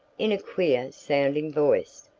in a queer-sounding voice,